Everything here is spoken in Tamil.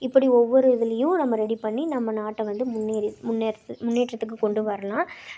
இப்படி ஓவ்வொரு இதுலேயும் நம்ம ரெடி பண்ணி நம்ம நாட்டை வந்து முன்னேற்றி முன்னேற்றத்தை முன்னேற்றத்துக்கு கொண்டு வரலாம்